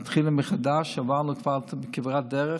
מתחילים מחדש, עברנו כברת דרך.